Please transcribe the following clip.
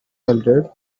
melted